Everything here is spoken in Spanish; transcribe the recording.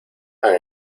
han